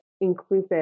inclusive